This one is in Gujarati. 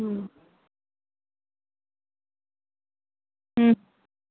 હં હં